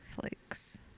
flakes